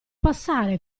passare